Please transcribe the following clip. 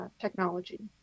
technology